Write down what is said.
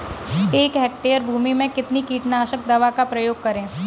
एक हेक्टेयर भूमि में कितनी कीटनाशक दवा का प्रयोग करें?